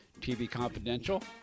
tvconfidential